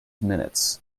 minutes